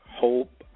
hope